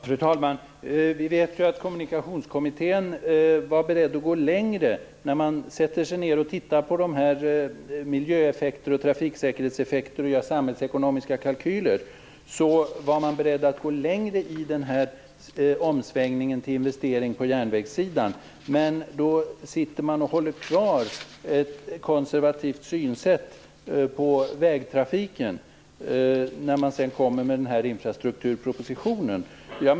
Fru talman! Vi vet att Kommunikationskommittén var beredd att gå längre. När man sätter sig ned och tittar på miljöeffekterna och trafiksäkerhetseffekterna och gör samhällsekonomiska kalkyler ser man att kommittén var beredd att gå längre i omsvängningen till investeringar på järnvägssidan. Regeringen håller kvar ett konservativt synsätt på järnvägstrafiken när den kommer med infrastrukturpropositionen.